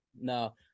no